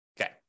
Okay